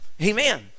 Amen